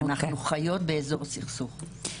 אנחנו חיות באזור סכסוך,